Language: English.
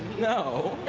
no.